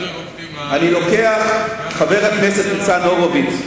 אני לוקח, חבר הכנסת ניצן הורוביץ.